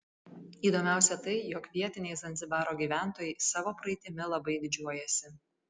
įdomiausia tai jog vietiniai zanzibaro gyventojai savo praeitimi labai didžiuojasi